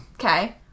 okay